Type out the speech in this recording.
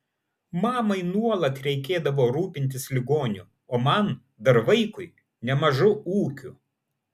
mamai nuolat reikėdavo rūpintis ligoniu o man dar vaikui nemažu ūkiu